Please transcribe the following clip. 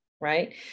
right